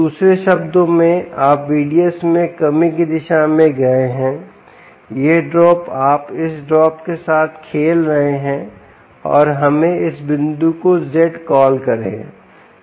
दूसरे शब्दों में आप VDS में कमी कि दिशा में गए हैं यह ड्रॉप आप इस ड्रॉप के साथ खेल रहे हैं और हमें इस बिंदु को z कॉल करें